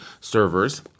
servers